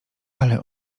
ale